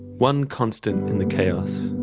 one constant in the chaos.